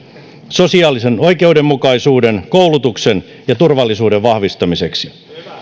sosiaalisen oikeudenmukaisuuden koulutuksen ja turvallisuuden vahvistamiseksi